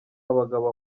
abagabo